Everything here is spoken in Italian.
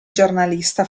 giornalista